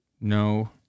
No